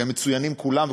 והם מצוינים כולם,